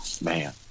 Man